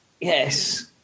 yes